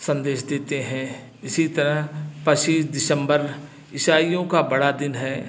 संदेश देते हैं इसी तरह पच्चीस दिसम्बर इसाईओं का बड़ा दिन है